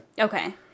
okay